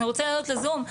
אני רוצה לעלות לזום,